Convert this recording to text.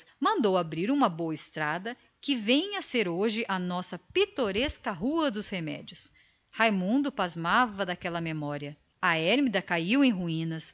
mandou abrir uma boa estrada a qual vem a ser hoje a nossa pitoresca rua dos remédios a ermida caiu em ruínas